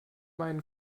meinen